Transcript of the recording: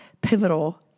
pivotal